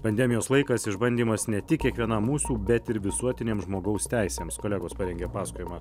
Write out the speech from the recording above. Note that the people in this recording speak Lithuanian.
pandemijos laikas išbandymas ne tik kiekvienam mūsų bet ir visuotinėms žmogaus teisėms kolegos parengė pasakojimą